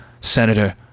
Senator